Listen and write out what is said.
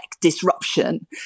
disruption